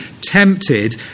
tempted